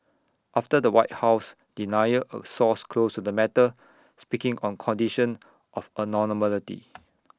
after the white house denial A source close to the matter speaking on condition of